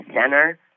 center